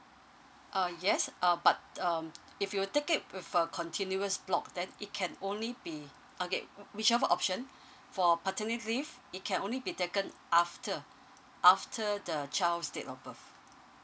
uh yes uh but um if you take it with a continuous block then it can only be okay whichever option for paternity leave it can only be taken after after the child's date of birth